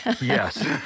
yes